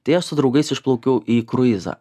tai aš su draugais išplaukiau į kruizą